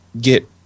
get